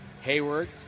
Hayward